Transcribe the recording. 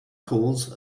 calls